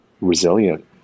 resilient